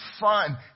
fun